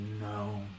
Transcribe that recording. No